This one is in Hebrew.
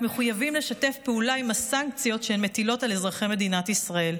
מחויבים לשתף פעולה עם הסנקציות שהן מטילות על אזרחי מדינת ישראל.